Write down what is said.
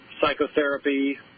psychotherapy